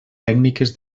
tècniques